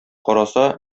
караса